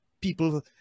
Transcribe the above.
people